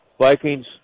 Vikings